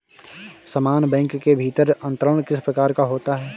समान बैंक के भीतर अंतरण किस प्रकार का होता है?